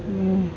बिदिनो